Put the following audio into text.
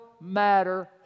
matter